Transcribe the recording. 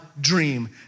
dream